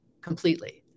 completely